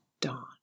dawn